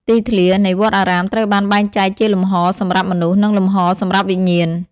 ទីធ្លា នៃវត្តអារាមត្រូវបានបែងចែកជាលំហសម្រាប់មនុស្ស និងលំហសម្រាប់វិញ្ញាណ។